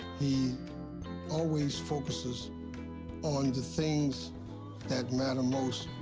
he always focuses on the things that matter most.